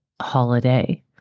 holiday